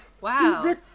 wow